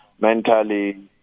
mentally